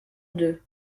deux